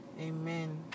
Amen